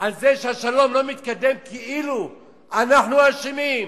על זה שהשלום לא מתקדם, כאילו אנחנו האשמים.